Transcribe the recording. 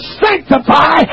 sanctify